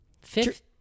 Fifth